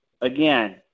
again